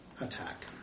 attack